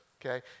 okay